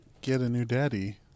Get-A-New-Daddy